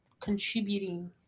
contributing